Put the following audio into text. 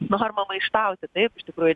norma maištauti taip iš tikrųjų